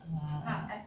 ah